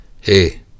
Hey